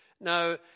Now